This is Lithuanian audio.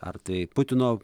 ar tai putino